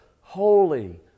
holy